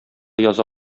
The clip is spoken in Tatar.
яза